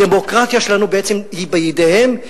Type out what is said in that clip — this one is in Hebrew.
הדמוקרטיה שלנו בעצם בידיהם,